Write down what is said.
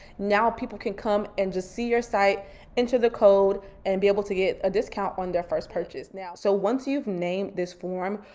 now people can come and just see your site enter the code and be able to get a discount on their first purchase. now, so once you've named this form,